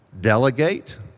delegate